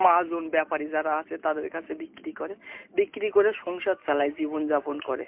মহাজন ব্যাপারী যারা আছে তাদের কাছে বিক্রি করে বিক্রি করে সংসার চালায় জীবনযাপন করে